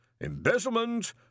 embezzlement